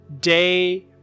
day